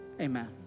amen